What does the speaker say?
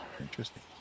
interesting